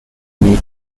made